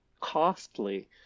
costly